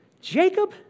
Jacob